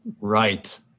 Right